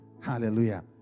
Hallelujah